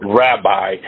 rabbi